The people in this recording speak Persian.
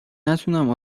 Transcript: نتوانم